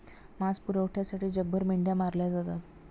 मांस पुरवठ्यासाठी जगभर मेंढ्या मारल्या जातात